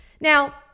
Now